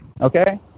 Okay